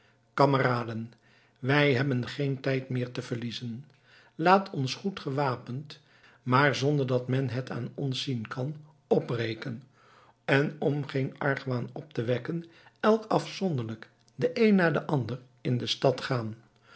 kameraden wij hebben geen tijd meer te verliezen laat ons goed gewapend maar zonder dat men het aan ons zien kan opbreken en om geen argwaan op te wekken elk afzonderlijk de een na den ander in de stad gaan